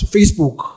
Facebook